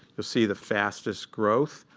you'll see the fastest growth,